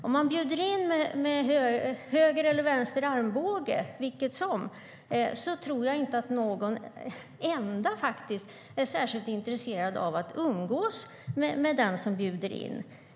Om någon bjuder in med höger eller vänster armbåge, vilket som, tror jag faktiskt inte att någon enda är särskilt intresserad av att umgås med den personen.